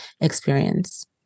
experience